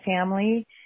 family